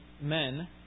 men